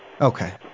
Okay